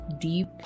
deep